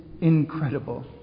incredible